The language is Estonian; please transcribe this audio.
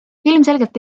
ilmselgelt